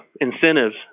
incentives